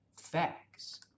facts